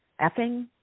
effing